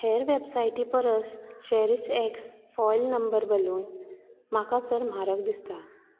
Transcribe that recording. हेर वेपसायटीं परस चॅरीश एक्स फॉयल नंबर बलून म्हाका चड म्हारग दिसता